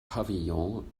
pavillon